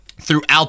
throughout